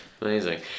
Amazing